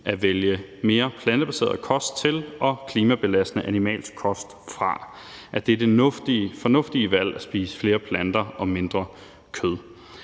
at vælge mere plantebaseret kost til og klimabelastende animalsk kost fra, at det er det fornuftige valg at spise flere planter og mindre kød.